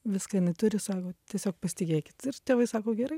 viską jinai turi sako tiesiog pasitikėkit ir tėvai sako gerai